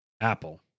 apple